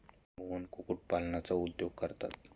मोहन कुक्कुटपालनाचा उद्योग करतात